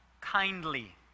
kindly